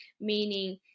meaning